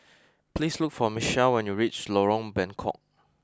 please look for Michele when you reach Lorong Bengkok